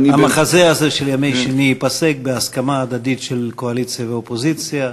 המחזה הזה של ימי שני ייפסק בהסכמה הדדית של הקואליציה והאופוזיציה,